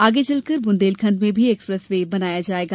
आगे चलकर बुंदेलखण्ड में भी एक्सप्रेस वे बनाया जायेगा